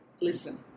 listen